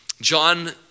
John